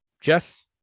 Jess